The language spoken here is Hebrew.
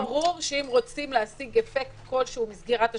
זה ברור שאם רוצים להשיג אפקט כלשהו מסגירת השמים,